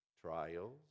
trials